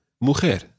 Mujer